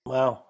Wow